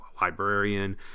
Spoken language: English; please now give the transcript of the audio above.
librarian